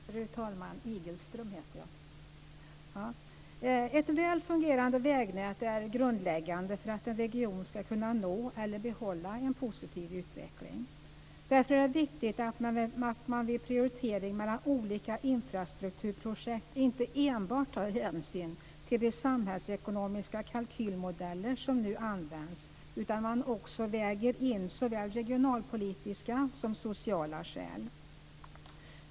Fru talman! Ett väl fungerande vägnät är grundläggande för att en region ska kunna nå eller behålla en positiv utveckling. Det är därför viktigt att man vid prioriteringar av olika infrastrukturprojekt inte enbart tar hänsyn till de samhällsekonomiska kalkylmodeller som nu används utan också väger in såväl regionalpolitiska som sociala skäl.